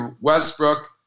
Westbrook